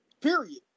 Period